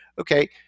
Okay